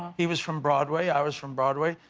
he was from broadway, i was from broadway.